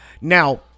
Now